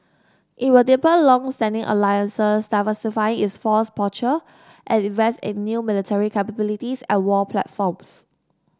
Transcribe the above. it will deepen longstanding alliances diversify its force posture and invest in new military capabilities and war platforms